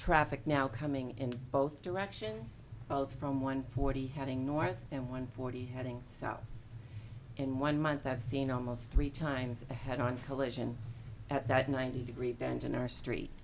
traffic now coming in both directions both from one forty heading north and one forty heading south in one month i have seen almost three times a head on collision at that ninety degree bend in our street